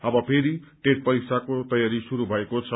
अब फेरि टेट परीक्षाको तयारी शुरू भएको छ